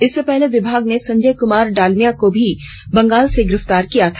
इसके पहले विभाग ने संजय कुमार डालमिया को भी बंगाल से गिरफ्तार किया था